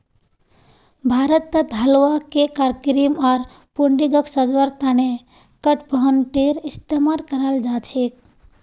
भारतत हलवा, केक आर क्रीम आर पुडिंगक सजव्वार त न कडपहनटेर इस्तमाल कराल जा छेक